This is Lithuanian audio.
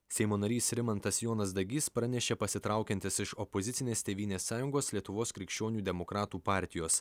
seimo narys rimantas jonas dagys pranešė pasitraukiantis iš opozicinės tėvynės sąjungos lietuvos krikščionių demokratų partijos